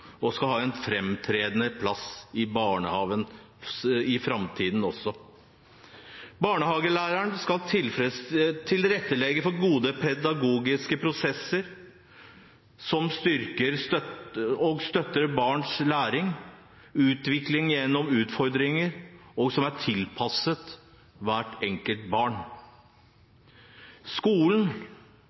og skal ha en framtredende plass i barnehagen i framtiden også. Barnehagelæreren skal tilrettelegge for gode pedagogiske prosesser som styrker og støtter barns læring og utvikling gjennom utfordringer, og som er tilpasset hvert enkelt barn. Skolen